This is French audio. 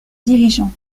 dirigeant